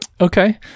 okay